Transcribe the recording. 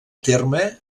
terme